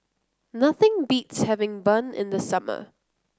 nothing beats having bun in the summer